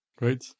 Right